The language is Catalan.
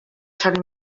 sant